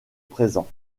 présent